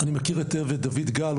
אני מכיר היטב את דויד גל,